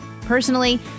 Personally